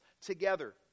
together